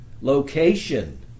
location